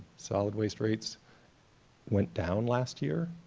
solid waste rates went down last year,